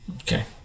okay